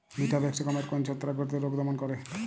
Vitavax গমের কোন ছত্রাক ঘটিত রোগ দমন করে?